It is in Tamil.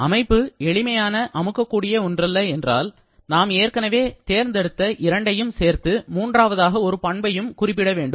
அமைப்பு எளிமையான அமுக்கக்கூடிய ஒன்றல்ல என்றால் நாம் ஏற்கனவே தேர்ந்தெடுத்த இரண்டையும் சேர்த்து மூன்றாவதாக ஒரு பண்பையும் குறிப்பிட வேண்டும்